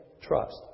trust